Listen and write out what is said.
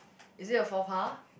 is it a faux pas